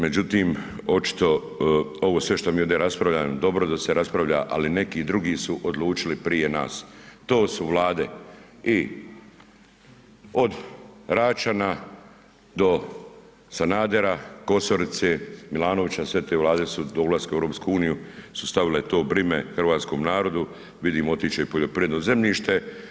Međutim, očito ovo sve što mi ovdje raspravljamo je dobro da se raspravlja ali neki drugi su odlučili prije nas, to su Vlade i od Račana do Sanadera, Kosorice, Milanovića, sve te Vlade su do ulaska u EU su stavile to breme hrvatskom narodu, vidimo otići će i poljoprivredno zemljište.